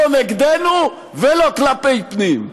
לא נגדנו ולא כלפי פנים.